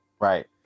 Right